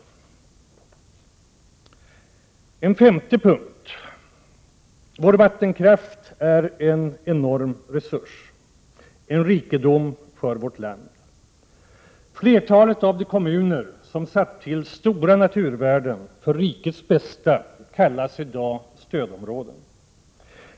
För det femte är vår vattenkraft en enorm resurs — en rikedom för vårt land. Flertalet av de kommuner som har satt till stora naturvärden för rikets bästa kallas i dag för stödområden.